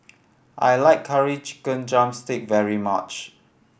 I like Curry Chicken drumstick very much